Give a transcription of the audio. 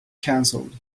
cancelled